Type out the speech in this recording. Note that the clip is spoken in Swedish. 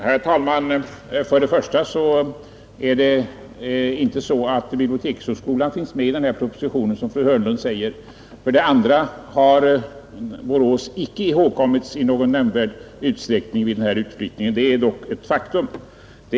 Herr talman! För det första finns inte bibliotekshögskolan med i denna proposition, vilket fru Hörnlund påstår. För det andra har Borås inte ihågkommits i någon nämnvärd utsträckning vid denna utflyttning. Det är dock ett faktum.